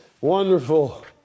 wonderful